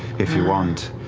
if you want.